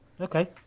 Okay